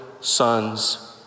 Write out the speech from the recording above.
sons